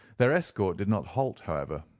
their escort did not halt, however,